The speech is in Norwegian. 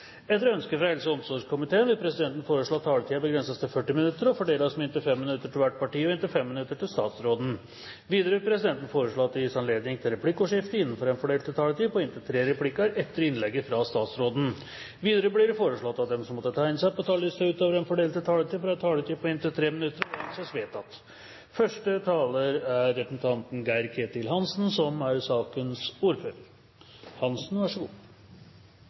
Etter ønske fra helse- og omsorgskomiteen vil presidenten foreslå at taletiden begrenses til 40 minutter og fordeles med inntil 5 minutter til hvert parti og inntil 5 minutter til statsråden. Videre vil presidenten foreslå at det gis anledning til replikkordskifte på inntil tre replikker med svar etter innlegget fra statsråden innenfor den fordelte taletiden. Videre blir det foreslått at de som måtte tegne seg på talerlisten utover den fordelte taletid, får en taletid på inntil 3 minutter. – Det anses vedtatt.